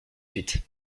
suite